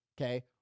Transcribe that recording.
Okay